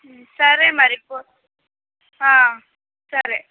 సరే మరి పొ సరే